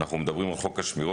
אנחנו מדברים על חוק השמירות,